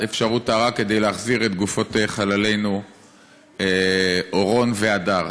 כדי להחזיר את גופות חללינו אורון והדר.